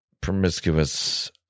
promiscuous